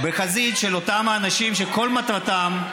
בחזית של אותם האנשים שכל מטרתם,